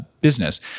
business